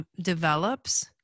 develops